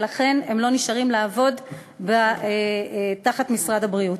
ולכן הם לא נשארים לעבוד תחת משרד הבריאות.